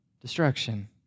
destruction